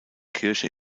kirche